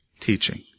teaching